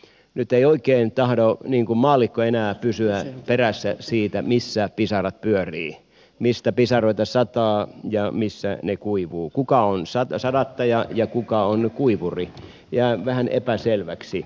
nyt ei oikein tahdo maallikko enää pysyä perässä missä pisara pyörii mistä pisaroita sataa ja missä ne kuivuvat kuka on sadettaja ja kuka on kuivuri jää vähän epäselväksi